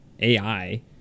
AI